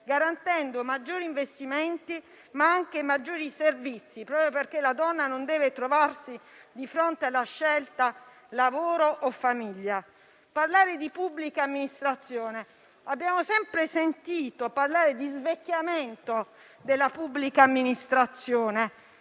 garantendo maggiori investimenti, ma anche maggiori servizi, proprio perché la donna non deve trovarsi di fronte alla scelta lavoro o famiglia. Per quanto riguarda la pubblica amministrazione, abbiamo sempre sentito parlare di svecchiamento della pubblica amministrazione.